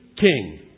king